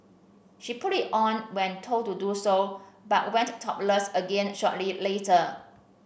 she put it on when told to do so but went topless again shortly later